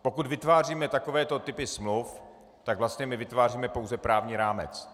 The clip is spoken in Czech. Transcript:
Pokud vytváříme takové typy smluv, tak vlastně my vytváříme pouze právní rámec.